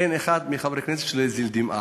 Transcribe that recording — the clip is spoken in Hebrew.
אין חבר כנסת שלא הזיל דמעה.